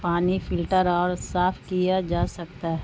پانی فلٹر اور صاف کیا جا سکتا ہے